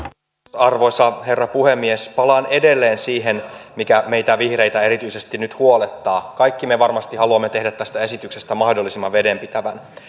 arvoisa herra puhemies palaan edelleen siihen mikä meitä vihreitä erityisesti nyt huolettaa kaikki me varmasti haluamme tehdä tästä esityksestä mahdollisimman vedenpitävän